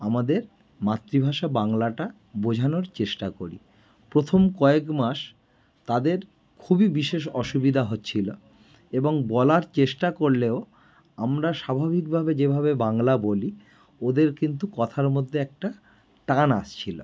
আমাদের মাতৃভাষা বাংলাটা বোঝানোর চেষ্টা করি প্রথম কয়েক মাস তাদের খুবই বিশেষ অসুবিধা হচ্ছিলো এবং বলার চেষ্টা করলেও আমরা স্বাভাবিকভাবে যেভাবে বাংলা বলি ওদের কিন্তু কথার মধ্যে একটা টান আসছিলো